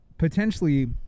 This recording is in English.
potentially